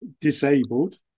disabled